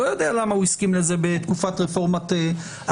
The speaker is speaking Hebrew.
אני לא יודע למה הוא הסכים לזה בתקופת רפורמת ארדן.